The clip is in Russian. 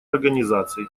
организаций